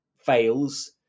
fails